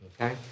Okay